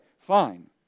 fine